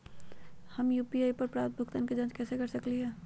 हम यू.पी.आई पर प्राप्त भुगतान के जाँच कैसे कर सकली ह?